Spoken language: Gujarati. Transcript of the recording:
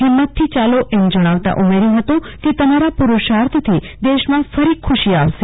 ફિંમતથી ચાલો એમ જણાવતા ઉમેર્યું ફતું કે તમારા પુરુષાર્થથી દેશમાં ફરી ખુશી આવશે